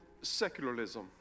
secularism